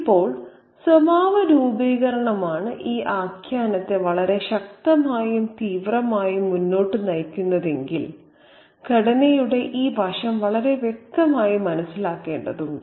ഇപ്പോൾ സ്വഭാവരൂപീകരണമാണ് ഈ ആഖ്യാനത്തെ വളരെ ശക്തമായും തീവ്രമായും മുന്നോട്ട് നയിക്കുന്നതെങ്കിൽ ഘടനയുടെ ഈ വശം വളരെ വ്യക്തമായി മനസ്സിലാക്കേണ്ടതുണ്ട്